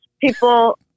People